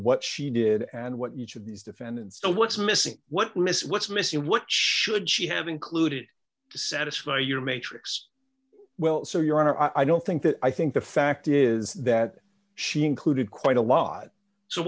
what she did and what huge of these defendants to what's missing what miss what's missing what should she have included to satisfy your matrix well so your honor i don't think that i think the fact is that she included quite a lot so